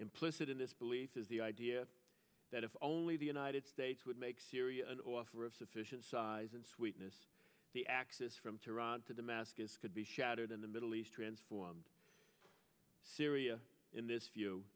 implicit in this belief is the idea that if only the united states would make syria an offer of sufficient size and sweetness the access from tehran to damascus could be shattered in the middle east transformed syria in this